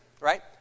right